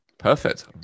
Perfect